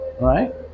Right